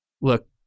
look